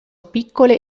piccole